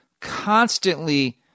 constantly